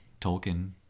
tolkien